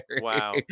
Wow